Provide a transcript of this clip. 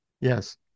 Yes